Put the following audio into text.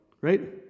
right